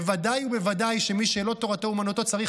בוודאי ובוודאי שמי שלא תורתו אומנותו צריך